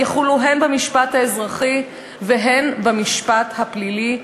יחולו הן במשפט האזרחי והן במשפט הפלילי,